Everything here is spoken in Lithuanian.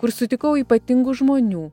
kur sutikau ypatingų žmonių